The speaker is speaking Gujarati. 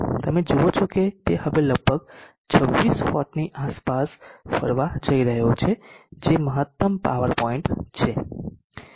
તમે જુઓ છો કે તે હવે લગભગ 26 વોટની આસપાસ ફરવા જઇ રહ્યો છે જે મહત્તમ પાવર પોઇન્ટ છે